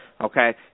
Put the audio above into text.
Okay